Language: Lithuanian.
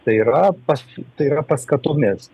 tai yra pas tai yra paskatomis